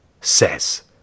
Says